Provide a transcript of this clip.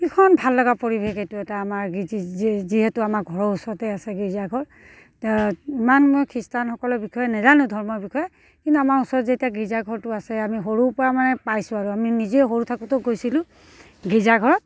ভীষণ ভাললগা পৰিৱেশ এইটো এটা আমাৰ যিহেতু আমাৰ ঘৰৰ ওচৰতে আছে গীৰ্জাঘৰ তাত ইমান মই খ্ৰীষ্টানসকলৰ বিষয়ে নেজানো ধৰ্মৰ বিষয়ে কিন্তু আমাৰ ওচৰত যেতিয়া গীৰ্জাঘৰটো আছে আমি সৰুৰপৰা মানে পাইছোঁ আৰু আমি নিজেও সৰু থাকোঁতেও গৈছিলোঁ গিৰ্জাঘৰত